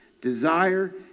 Desire